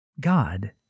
God